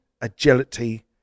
agility